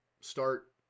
start